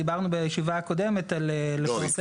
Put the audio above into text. דיברנו בישיבה הקודמת על לפרסם.